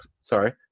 Sorry